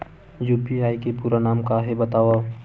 UPI के पूरा नाम का हे बतावव?